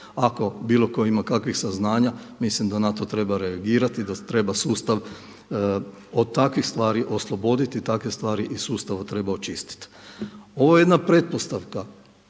Ako bilo tko ima kakvih saznanja mislim da na to treba reagirati da treba sustav od takvih stvari osloboditi, takve stvari iz sustava treba očistiti. Ovo je jedna pretpostavka,